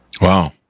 Wow